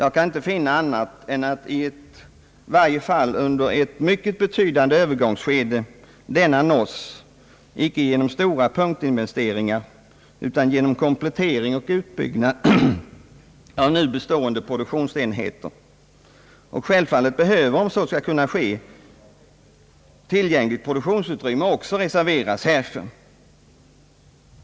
Jag kan inte finna annat än att, i varje fall under ett betydande övergångsskede, denna nås inte genom stora punkinvesteringar utan genom komplettering och utbyggnad av nu bestående produktionsenheter. Självfallet behöver, om så skall kunna ske, tillgängligt produktionsutrymme också reserveras härför.